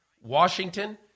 Washington